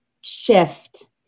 shift